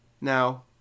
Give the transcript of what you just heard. Now